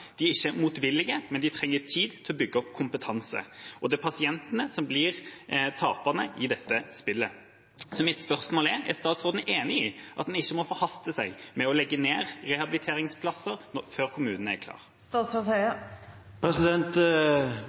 De er ikke motvillige, men de trenger tid til å bygge opp kompetanse. Og det er pasientene som blir taperne i dette spillet. Mitt spørsmål er: Er statsråden enig i at man ikke må forhaste seg med å legge ned rehabiliteringsplasser før kommunen er